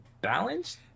balanced